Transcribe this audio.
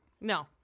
No